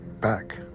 back